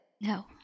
No